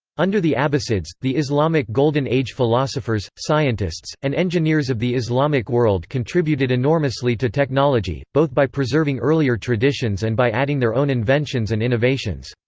under the abbasids, the islamic golden age philosophers, scientists, and engineers of the islamic world contributed enormously to technology, both by preserving earlier traditions and by adding their own inventions and innovations.